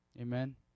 Amen